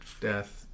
death